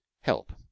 help